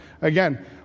again